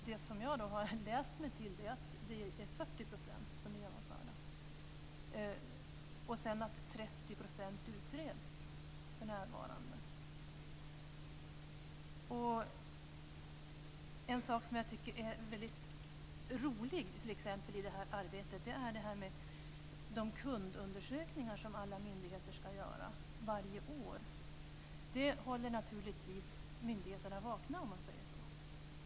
Det som jag har läst mig till är att det är 40 % som är genomförda, och att 30 % utreds för närvarande. En sak som jag tycker är väldigt rolig i detta arbete är de kundundersökningar som alla myndigheter ska göra varje år. Det håller naturligtvis myndigheterna vakna, om man säger så.